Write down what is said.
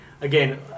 again